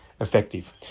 effective